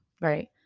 right